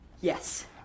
Yes